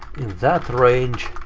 in that range.